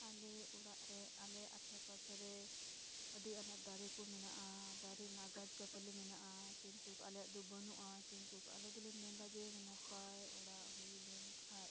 ᱟᱞᱮ ᱚᱲᱟᱜ ᱨᱮ ᱟᱞᱮ ᱟᱥᱮᱯᱟᱥᱮ ᱨᱮ ᱟᱹᱰᱤ ᱟᱭᱢᱟ ᱫᱟᱨᱮ ᱠᱚ ᱢᱮᱱᱟᱜᱼᱟ ᱫᱟᱨᱮ ᱨᱮᱱᱟᱜ ᱜᱟᱪᱷᱼᱯᱟᱞᱟ ᱢᱮᱱᱟᱜᱼᱟ ᱠᱤᱱᱛᱩ ᱟᱞᱮᱭᱟᱜ ᱫᱚ ᱵᱟᱹᱱᱩᱜᱼᱟ ᱠᱤᱱᱛᱩ ᱟᱞᱮ ᱫᱚᱞᱮ ᱢᱮᱱᱮᱫᱟ ᱡᱮ ᱱᱟᱯᱟᱭ ᱚᱲᱟᱜ ᱦᱩᱭᱞᱮᱱ ᱠᱷᱟᱡ